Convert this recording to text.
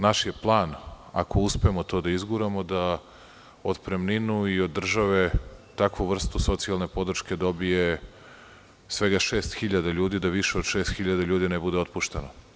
Naš je plan, ako uspemo to da izguramo, da otpremninu i od države takvu vrstu socijalne pomoći dobije svega 6.000 ljudi, da više od 6.000 ljudi ne bude otpušteno.